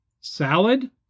Salad